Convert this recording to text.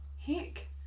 heck